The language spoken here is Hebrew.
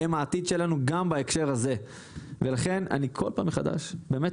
הם העתיד שלנו גם בהקשר הזה ולכן אני כל פעם מחדש באמת